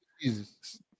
Jesus